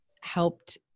helped